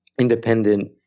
independent